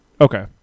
Okay